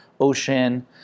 ocean